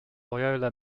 loyola